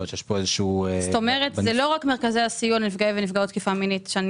כלומר זה לא רק מרכזי הסיוע לנפגעי ונפגעות תקיפה מינית שאני